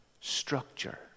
structure